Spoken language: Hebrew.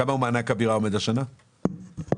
על כמה עומד השנה מענק הבירה?